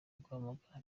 guhamagara